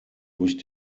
durch